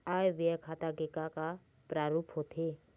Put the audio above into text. आय व्यय खाता के का का प्रारूप होथे?